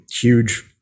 huge